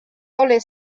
all